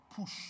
push